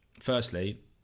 firstly